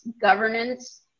governance